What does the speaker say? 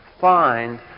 find